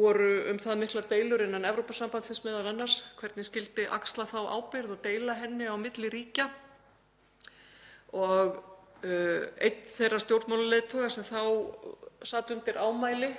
voru um það miklar deilur innan Evrópusambandsins hvernig skyldi axla þá ábyrgð og deila henni á milli ríkja. Einn þeirra stjórnmálaleiðtoga sem þá sat undir ámæli